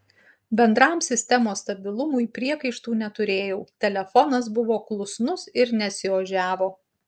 bendram sistemos stabilumui priekaištų neturėjau telefonas buvo klusnus ir nesiožiavo